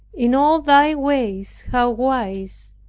in all thy ways how wise,